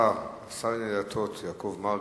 שר הדתות יעקב מרגי,